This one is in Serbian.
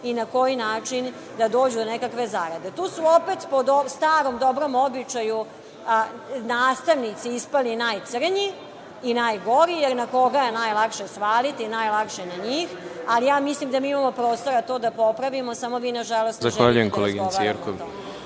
i na koji način da dođu do nekakve zarade. Tu su opet po starom dobrom običaju nastavnici ispali najcrnji i najgori, jer na koga je najlakše svaliti, najlakše na njih, ali ja mislim da mi imamo prostora to da popravimo samo vi nažalost ne želite da razgovarate o